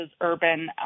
urban